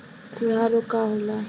खुरहा रोग का होला?